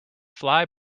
fly